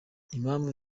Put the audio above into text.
impamvu